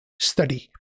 study